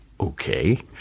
okay